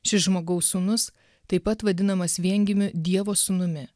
šis žmogaus sūnus taip pat vadinamas viengimiu dievo sūnumi